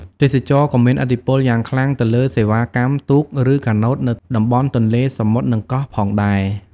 ទេសចរណ៍ក៏មានឥទ្ធិពលយ៉ាងខ្លាំងទៅលើ សេវាកម្មទូកឬកាណូតនៅតំបន់ទន្លេ សមុទ្រ និងកោះ ផងដែរ។